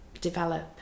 develop